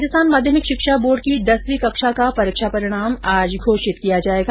राजस्थान माध्यमिक शिक्षा बोर्ड की दसवीं कक्षा का परीक्षा परिणाम आज घोषित किया जायेगा